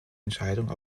entscheidung